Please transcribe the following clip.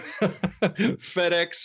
FedEx